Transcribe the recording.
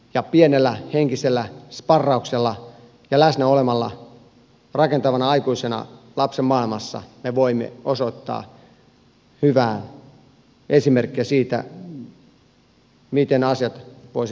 ja pienellä henkisellä sparrauksella ja läsnä olemalla rakentavana aikuisena lapsen maailmassa me voimme osoittaa hyvää esimerkkiä siitä miten asiat voisi toisin tehdä